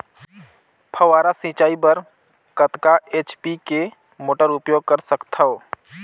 फव्वारा सिंचाई बर कतका एच.पी के मोटर उपयोग कर सकथव?